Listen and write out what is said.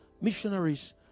missionaries